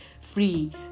free